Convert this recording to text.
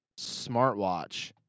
smartwatch